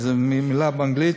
זו מילה באנגלית,